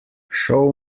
show